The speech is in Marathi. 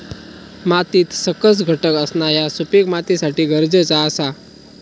मातीत सकस घटक असणा ह्या सुपीक मातीसाठी गरजेचा आसा